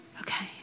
Okay